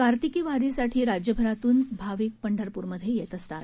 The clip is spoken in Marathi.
कार्तिक वारीसाठी राज्यभरातून भाविक पंढरप्रमध्ये येत असतात